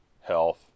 health